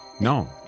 No